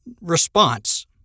response